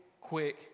quick